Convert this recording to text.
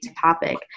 topic